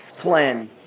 plan